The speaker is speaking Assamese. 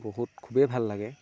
বহুত খুবেই ভাল লাগে